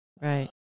Right